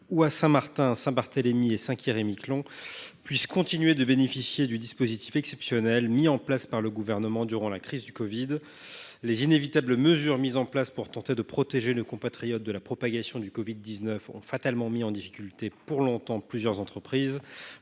ou à Saint Martin, à Saint Barthélemy et à Saint Pierre et Miquelon puissent continuer à bénéficier du dispositif exceptionnel mis en place par le Gouvernement durant la crise du covid. Les inévitables mesures mises en place pour tenter de protéger nos compatriotes de la propagation du covid 19 ont fatalement mis en difficulté pour longtemps plusieurs entreprises.